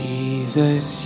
Jesus